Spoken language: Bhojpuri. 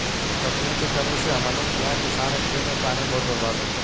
तकनीक के कमी से हमनी किहा किसान के खेत मे पानी बहुत बर्बाद होखेला